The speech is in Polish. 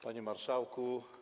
Panie Marszałku!